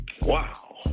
Wow